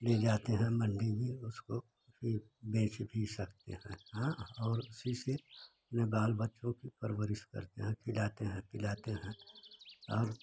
ले जाते हैं मंडी में उसको इ बेच भी सकते हैं हाँ और उसी से अपने बाल बच्चों को परवरिश करते हैं खिलाते हैं पिलाते हैं और